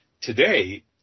today